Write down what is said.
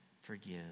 forgive